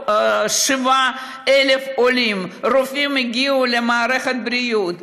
27,000 עולים רופאים הגיעו למערכת הבריאות.